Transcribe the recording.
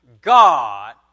God